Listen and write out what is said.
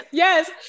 Yes